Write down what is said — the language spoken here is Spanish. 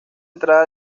entrada